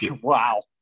Wow